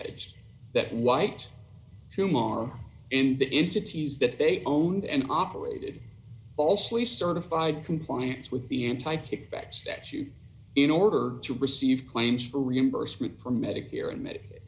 alleged that white tomorrow in the into teas that they owned and operated falsely certified compliance with the anti kickback statute in order to receive claims for reimbursement from medicare and medicaid